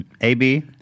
AB